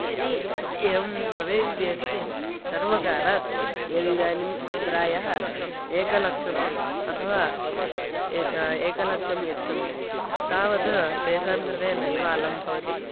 यदि एवं भवेदिति अस्ति सर्वकारात् यदि इदानीं प्रायः एकलक्षम् अथवा एकलक्षं यच्छन्ति तावत् तेषां कृते नैवालं भवति